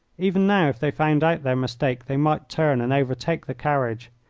even now if they found out their mistake they might turn and overtake the carriage.